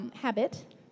habit